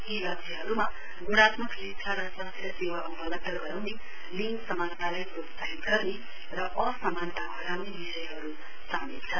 यी लक्ष्यहरूमा ग्णात्मक शिक्षा र स्वास्थ सेवा उपलबध गराउनेलिङ्ग समानतालाई प्रोत्साहित गर्ने र असमानता धटाउने विषयहरू सामेल छन्